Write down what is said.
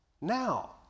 now